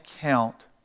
count